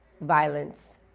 violence